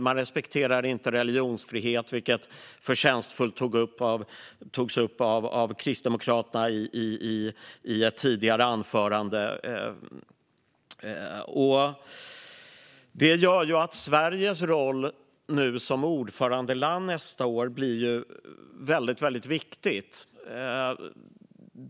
Man respekterar inte religionsfriheten, vilket förtjänstfullt togs upp av Kristdemokraterna i ett tidigare anförande. Detta gör att Sveriges roll som ordförandeland nästa år blir väldigt viktig.